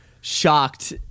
shocked